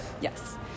Yes